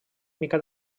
mica